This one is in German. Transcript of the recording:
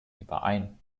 überein